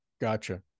Gotcha